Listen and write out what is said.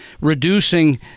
reducing